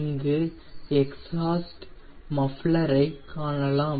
இங்கு exhaust muffler ஐ காணலாம்